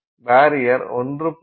barrier 1